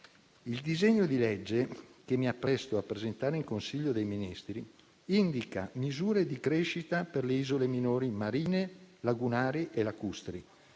Il disegno di legge che mi appresto a presentare in Consiglio dei ministri indica misure di crescita per le isole minori (marine, lagunari e lacustri),